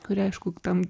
kurie aišku ten